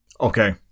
Okay